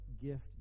gift